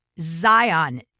Zion